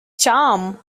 charm